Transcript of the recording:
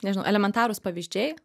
nežinau elementarūs pavyzdžiai